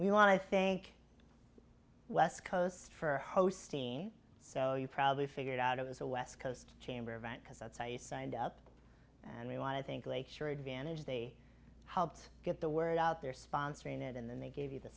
we want to think west coast for host scene so you probably figured out it was a west coast chamber event because that's how he signed up and we want to think lake shore advantage they helped get the word out there sponsoring it and then they gave you the